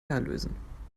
lösen